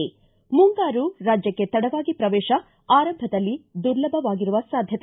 ಿ ಮುಂಗಾರು ರಾಜ್ಯಕ್ಷೆ ತಡವಾಗಿ ಪ್ರವೇಶ ಆರಂಭದಲ್ಲಿ ದುರ್ಲಬವಾಗಿರುವ ಸಾಧ್ಯತೆ